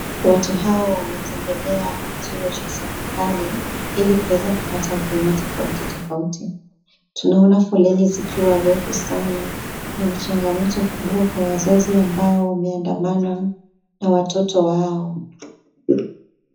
Watu hawa wametembelea kituo cha serikali ili kueza kupata huduma tofauti tofauti. Tunaona foleni zikiwa refu sana na ni changamoto sana kwa wazazi ambao wameandamana na watoto wao.